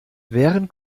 wären